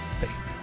faith